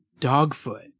Dogfoot